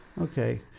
Okay